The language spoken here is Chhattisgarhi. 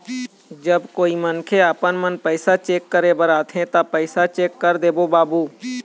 जब कोई मनखे आपमन पैसा चेक करे बर आथे ता पैसा चेक कर देबो बाबू?